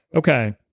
okay,